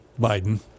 Biden